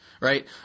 right